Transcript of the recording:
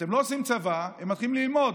אתם לא עושים צבא, מתחילים ללמוד.